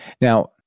Now